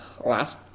Last